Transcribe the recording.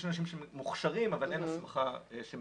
יש אנשים שמוכשרים אבל אין הסמכה שמחייבת.